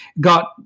Got